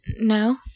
No